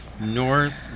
North